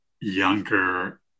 younger